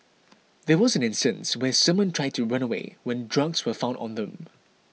there was an instance where someone tried to run away when drugs were found on them